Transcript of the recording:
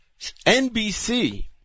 NBC